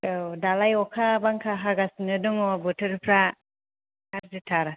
औ दालाय अखा बांखा हागासिनो दङ बोथोरफ्रा गाज्रिथार